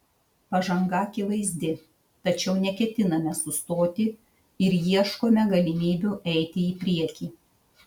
pažanga akivaizdi tačiau neketiname sustoti ir ieškome galimybių eiti į priekį